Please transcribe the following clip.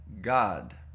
God